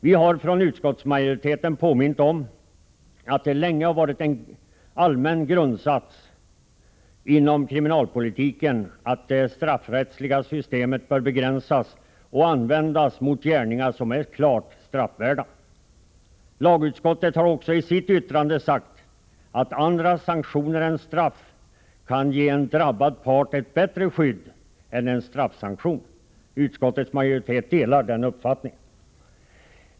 Vi har från utskottsmajoriteten påmint om att det länge har varit en allmän grundsats inom kriminalpolitiken att det straffrättsliga systemet bör begränsas och användas mot gärningar som är klart straffvärda. Lagutskottet har också i sitt yttrande sagt att andra sanktioner än straff ”kan ge en drabbad part ett bättre skydd än en straffsanktion”. Utskottsmajoriteten delar den uppfattningen.